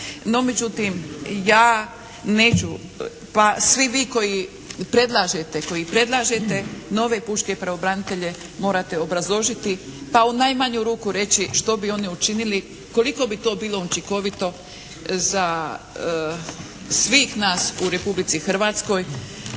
No međutim, ja neću, pa svi vi koji predlažete nove pučke pravobranitelje morate obrazložiti pa u najmanju ruku reći što bi oni učinili, koliko bi to bilo učinkovito za svih nas u Republici Hrvatskoj